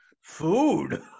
Food